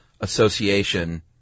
association